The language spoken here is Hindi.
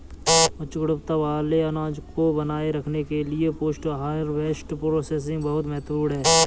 उच्च गुणवत्ता वाले अनाज को बनाए रखने के लिए पोस्ट हार्वेस्ट प्रोसेसिंग बहुत महत्वपूर्ण है